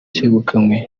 cyegukanywe